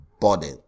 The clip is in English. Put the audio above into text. body